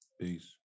Peace